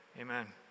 Amen